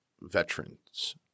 veterans